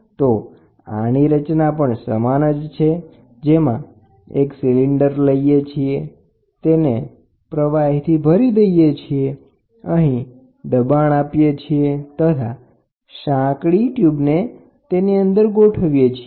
તો આની રચના પણ મહદ અંશે સમાન જ છે જેમાં આપણે એવું કરીશું કેએક સિલિન્ડર લઈએ છીએ તેને પ્રવાહીથી ભરી દઈએ છીએ અહીં દબાણ આપીએ છીએ તથા જેનો આડછેદ વિસ્તાર લગભગ ઘણો નાનો હોય તેવી ટ્યુબ ને પ્રવેશ કરાવીએ છીએ